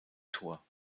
tor